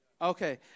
Okay